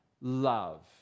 love